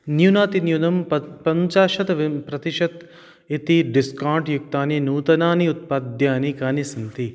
न्यूनातिन्यूनं प पञ्चाशत् विं प्रतिशत् इति डिस्कौण्ट् युक्तानि नूतनानि उत्पाद्यानि कानि सन्ति